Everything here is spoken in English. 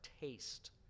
taste